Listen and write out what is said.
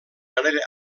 manera